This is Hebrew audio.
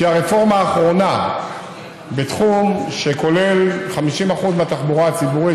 הרפורמה האחרונה בתחום שכולל 50% מהתחבורה הציבורית,